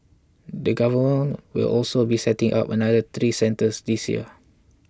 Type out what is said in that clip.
the Government will also be setting up another three centres this year